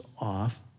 off